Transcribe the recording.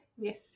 yes